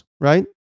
right